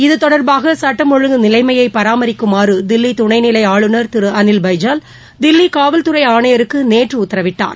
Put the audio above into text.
இது தொடர்பாக சட்டம் ஒழுங்கு நிலைமையை பராமரிக்குமாறு தில்லி துணைநிலை ஆளுநர் திரு அனில் பைஜால் தில்லி காவல்துறை ஆணையருக்கு நேற்று உத்தரவிட்டார்